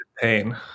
pain